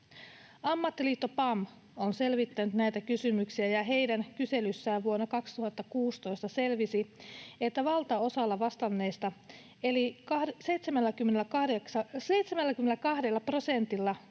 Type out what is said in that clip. Ammattiliitto PAM on selvittänyt näitä kysymyksiä, ja heidän kyselyssään vuonna 2016 selvisi, että valtaosalla vastanneista, eli 72 prosentilla, työ vei